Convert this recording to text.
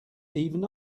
even